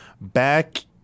back